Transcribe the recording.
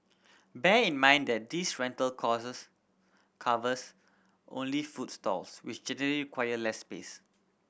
bear in mind that this rental costs covers only food stalls which generally require less space